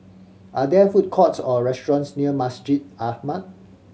are there food courts or restaurants near Masjid Ahmad